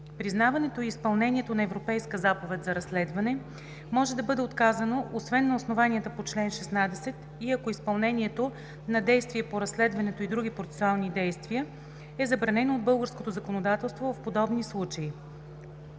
Признаването и изпълнението на европейска заповед за разследване може да бъде отказано освен на основанията по чл. 16, и ако изпълнението на действия по разследването и други процесуални действия, е забранено от българското законодателство в подобни случаи.“